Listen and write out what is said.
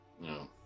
No